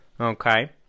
Okay